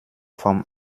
vom